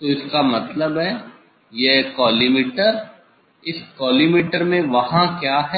तो इसका मतलब है यह कॉलीमटोर इस कॉलीमटोर में वहां क्या है